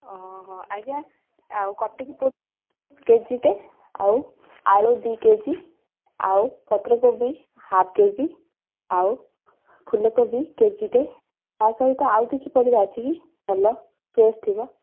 ଓହୋ ଆଜ୍ଞା ଆଉ କଟିକି ପୋଟଳ କେଜିଟେ ଆଉ ଆଳୁ ଦୁଇ କେଜି ଆଉ ପତ୍ର କୋବି ହାପ୍ କେଜି ଆଉ ଫୁଲ କୋବି କେଜିଟେ ତା ସହିତ ଆଉ କିଛି ପରିବା ଅଛି କି ଭଲ ଫ୍ରେସ୍ ଥିବ